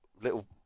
Little